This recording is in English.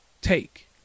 take